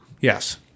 Yes